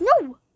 No